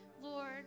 Lord